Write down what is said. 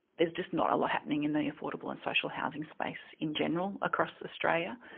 there's just not a lot happening in the affordable and social housing space in general across australia,